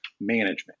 management